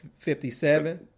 57